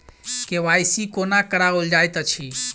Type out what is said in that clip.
KYC कोना कराओल जाइत अछि?